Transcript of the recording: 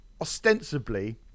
ostensibly